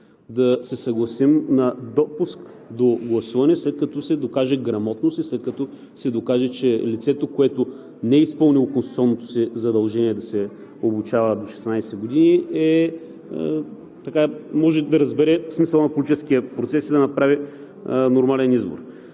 да се съгласим на допуск до гласуване, след като се докаже грамотност и след като се докаже, че лицето, което не е изпълнило конституционното си задължение да се обучава до 16 години, може да разбере смисъла на политическия процес и да направи нормален избор.